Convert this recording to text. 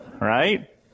right